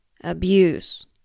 Abuse